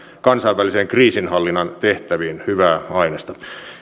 kansainvälisen kriisinhallinnan tehtäviin hyvää ainesta